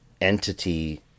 entity